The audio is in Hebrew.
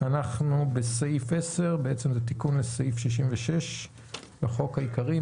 אנחנו בסעיף 10 שהוא תיקון לסעיף 66 לחוק העיקרי.